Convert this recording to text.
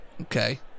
Okay